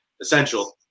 essential